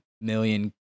million